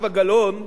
וחבריה.